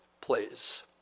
plays